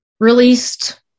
Released